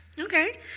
Okay